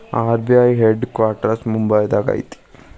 RBI head quarters ಮುಂಬೈದಾಗ ಐತಿ